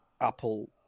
Apple